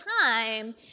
time